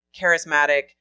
charismatic